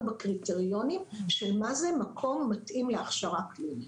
בקריטריונים של מה זה מקום מתאים להכשרה קלינית.